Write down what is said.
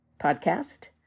podcast